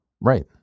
Right